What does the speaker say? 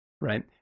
right